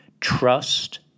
Trust